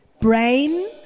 brain